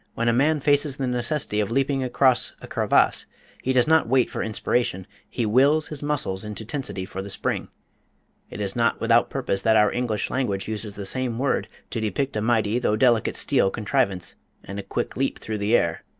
when a man faces the necessity of leaping across a crevasse he does not wait for inspiration, he wills his muscles into tensity for the spring it is not without purpose that our english language uses the same word to depict a mighty though delicate steel contrivance and a quick leap through the air.